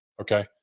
Okay